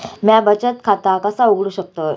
म्या बचत खाता कसा उघडू शकतय?